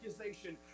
accusation